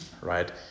right